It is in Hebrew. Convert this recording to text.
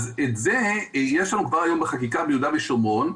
את זה יש לנו כבר היום בחקיקה ביהודה ושומרון.